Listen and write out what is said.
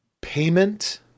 payment